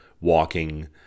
walking